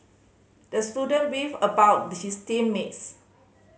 the student beefed about his team mates